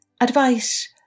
Advice